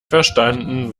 verstanden